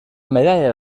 medalla